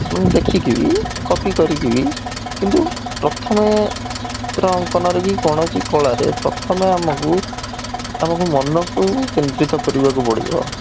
ମାନେ ଦେଖିକି ବି କପି କରିକି ବି କିନ୍ତୁ ପ୍ରଥମେ ଚିତ୍ର ଅଙ୍କନରେ କି କୌଣସି କଳାରେ ପ୍ରଥମେ ଆମକୁ ଆମକୁ ମନକୁ କେନ୍ଦ୍ରିତ କରିବାକୁ ପଡ଼ିବ